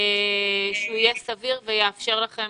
שיהיה סביר ויאפשר לכם